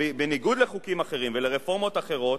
ובניגוד לחוקים אחרים ולרפורמות אחרות,